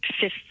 fifth